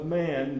man